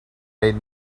made